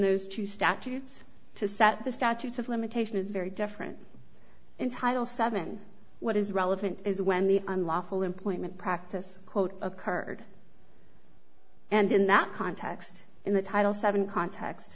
those two statutes to set the statutes of limitation is very different in title seven what is relevant is when the unlawful employment practice quote occurred and in that context in the title seven cont